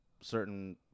certain